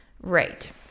right